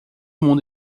mundo